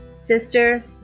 Sister